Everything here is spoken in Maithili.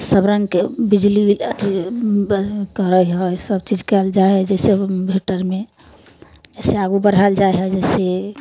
सब रङ्गके बिजली अथी करै है सबचीज कयल जाइ है जाहिसँ इन्भर्टरमे ओहिसे आगू बढ़ायल जाइ है जैसे